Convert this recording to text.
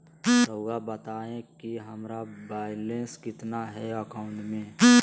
रहुआ बताएं कि हमारा बैलेंस कितना है अकाउंट में?